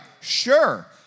sure